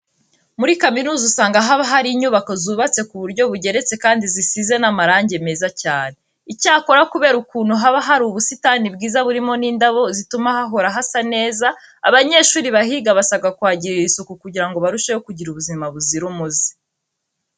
Muri kaminuza usanga haba hari inyubako zubatse ku buryo bugeretse kandi zisize n'amarange meza cyane. Icyakora kubera ukuntu haba hari ubusitani bwiza burimo n'indabo zituma hahora hasa neza, abanyeshuri bahiga basabwa kuhagirira isuku kugira barusheho kugira ubuzima buzira umuze.